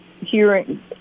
hearing